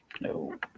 no